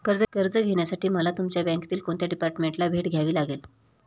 कर्ज घेण्यासाठी मला तुमच्या बँकेतील कोणत्या डिपार्टमेंटला भेट द्यावी लागेल?